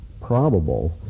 probable